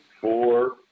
four